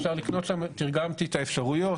תרגמתי את האפשרויות,